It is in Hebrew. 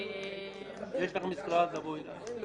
לא